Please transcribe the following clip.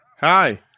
Hi